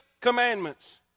commandments